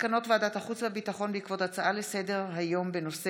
מסקנות ועדת החוץ והביטחון בעקבות דיון בהצעה לסדר-היום של